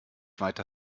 weiter